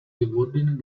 gewordenen